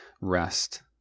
rest